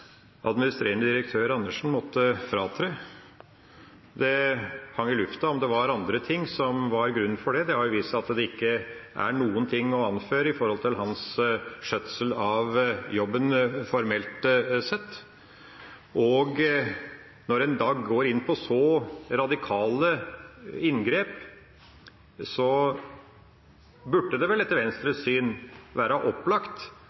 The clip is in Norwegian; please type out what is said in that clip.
var andre ting som var grunnen for det. Det har jo vist seg at det ikke var noe å anføre til hans skjøtsel av jobben formelt sett. Når en da går til så radikale inngrep, burde det vel etter Venstres syn være opplagt